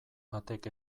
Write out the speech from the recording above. batek